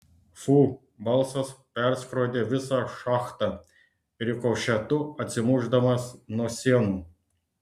fu balsas perskrodė visą šachtą rikošetu atsimušdamas nuo sienų